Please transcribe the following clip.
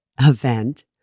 event